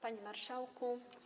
Panie Marszałku!